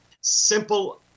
simple